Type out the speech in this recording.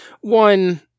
One